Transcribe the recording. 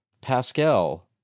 Pascal